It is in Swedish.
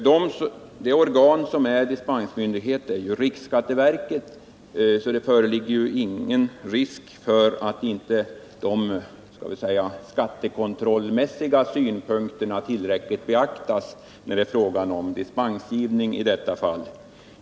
Det organ som är dispensmyndighet är riksskatteverket, så det föreligger ju ingen risk för att inte de skattekontrollmässiga synpunkterna tillräckligt beaktas när det är fråga om dispensgivning i detta fall.